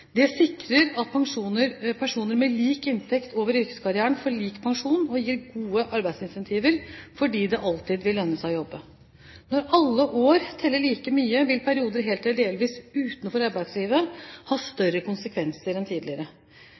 Det sikrer at personer med lik inntekt over yrkeskarrieren får lik pensjon, og det gir gode arbeidsincentiver fordi det alltid vil lønne seg å jobbe. Når alle år teller like mye, vil perioder helt eller delvis utenfor arbeidslivet ha større konsekvenser enn tidligere.